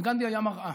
גנדי היה מראה,